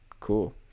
Cool